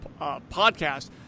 podcast